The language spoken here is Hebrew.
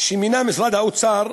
שמינה משרד האוצר,